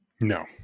No